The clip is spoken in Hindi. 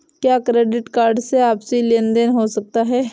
क्या क्रेडिट कार्ड से आपसी लेनदेन हो सकता है?